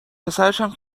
پسرشم